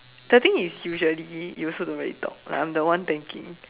the thing is usually you also don't really talk like I'm the one tanking